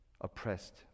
Oppressed